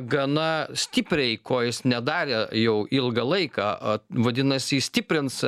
gana stipriai ko jis nedarė jau ilgą laiką vadinasi stiprins